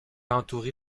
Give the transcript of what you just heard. entourée